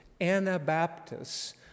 anabaptists